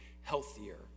healthier